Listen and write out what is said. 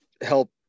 help